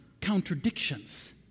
contradictions